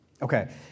Okay